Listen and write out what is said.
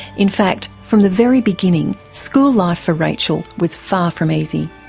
in fact, from the very beginning school life for rachel was far from easy.